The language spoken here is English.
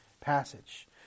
passage